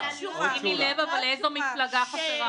הייתם בוועדות חוק הלאום?